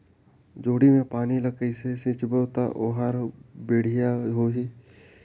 जोणी मा पानी ला कइसे सिंचबो ता ओहार बेडिया होही?